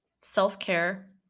self-care